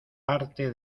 parte